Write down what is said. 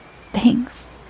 Thanks